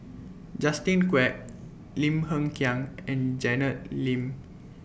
Justin Quek Lim Hng Kiang and Janet Lim